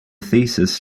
thesis